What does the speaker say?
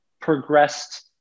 progressed